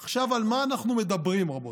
עכשיו, על מה אנחנו מדברים, רבותיי?